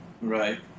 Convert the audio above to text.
Right